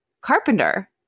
carpenter